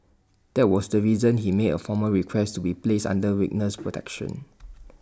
that was the reason he made A formal request way placed under witness protection